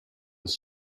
with